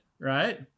right